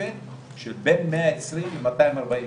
תוספת של בין מאה עשרים למאתיים ארבעים,